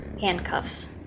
handcuffs